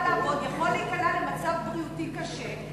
לעבוד יכול להיקלע למצב בריאותי קשה,